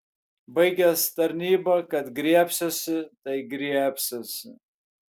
baigęs tarnybą kad griebsiuosi tai griebsiuosi